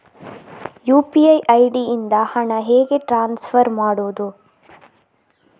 UPI ID ಇಂದ ಹಣ ಹೇಗೆ ಟ್ರಾನ್ಸ್ಫರ್ ಮಾಡುದು?